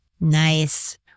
nice